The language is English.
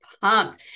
Pumped